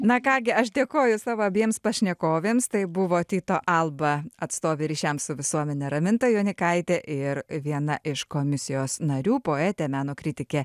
na ką gi aš dėkoju savo abiems pašnekovėms tai buvo tyto alba atstovė ryšiams su visuomene raminta jonykaitė ir viena iš komisijos narių poetė meno kritikė